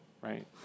Right